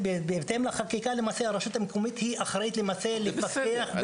בהתאם לחקיקה הרשות המקומית היא האחראית לפקח.